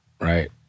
right